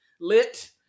lit